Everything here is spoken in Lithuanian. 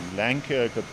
lenkijoj kad